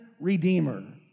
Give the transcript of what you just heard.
redeemer